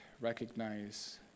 recognize